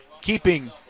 keeping